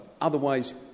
otherwise